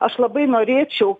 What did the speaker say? aš labai norėčiau